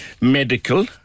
medical